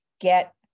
get